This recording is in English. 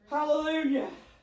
Hallelujah